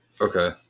Okay